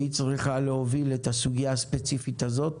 והיא צריכה להוביל את הסוגיה הספציפית הזאת.